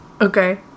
Okay